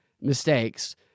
mistakes